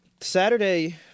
Saturday